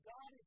God